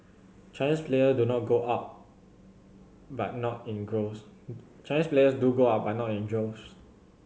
Chinese players do go out but not in groves Chinese players do go out but not in droves